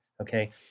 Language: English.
Okay